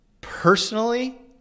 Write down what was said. Personally